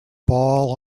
ball